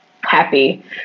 happy